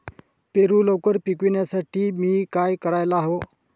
पेरू लवकर पिकवण्यासाठी मी काय करायला हवे?